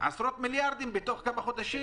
הרוויחו עשרות מיליארדים בתוך כמה חודשים,